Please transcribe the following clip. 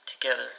together